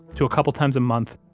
to a couple times a month,